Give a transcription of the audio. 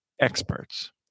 experts